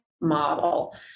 model